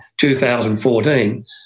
2014